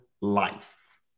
life